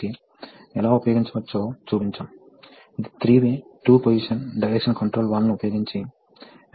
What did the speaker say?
K K 1 కాబట్టి 1 x V2 కాబట్టి మనకు రెండు సమీకరణాలు లభిస్తాయి మనకు V2 x V అందువలన V1 K x V ఇవి తుది వ్యక్తీకరణలు